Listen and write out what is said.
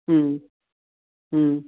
ம் ம்